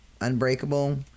Unbreakable